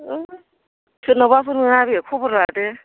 सोरनावबाफोर मोना बेयो खबर लादो